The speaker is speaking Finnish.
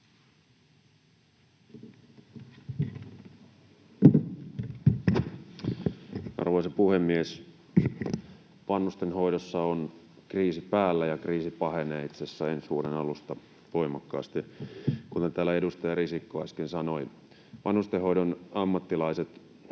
Arvoisa puhemies! Vanhustenhoidossa on kriisi päällä, ja kriisi pahenee itse asiassa ensi vuoden alusta voimakkaasti, kuten täällä edustaja Risikko äsken sanoi. Vanhustenhoidon ammattilaiset,